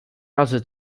razy